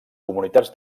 comunitats